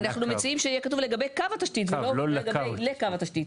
אנחנו מציעים שיהיה כתוב "לגבי קו התשתית" ולא לגבי "לקו התשתית".